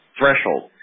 threshold